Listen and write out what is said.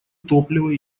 топливо